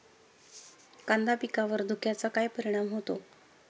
कांदा पिकावर धुक्याचा काय परिणाम होतो?